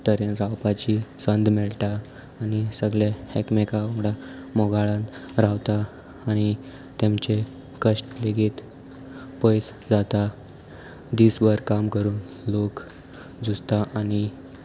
तरेन रावपाची संद मेळटा आनी सगळे एकमेक वांगडा मोगाळान रावता आनी तेमचे कश्ट लेगीत पयस जाता दीसभर काम करून लोक जुसता आनी